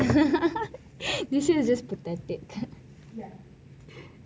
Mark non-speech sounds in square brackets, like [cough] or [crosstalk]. [laughs] this yar is just pathetic